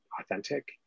authentic